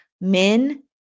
Men